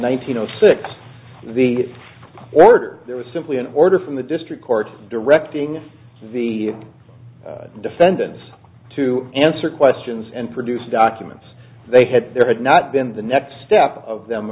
thousand six the order there was simply an order from the district court directing the defendants to answer questions and produce documents they had there had not been the next step of them